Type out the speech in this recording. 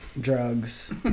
drugs